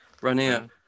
Rania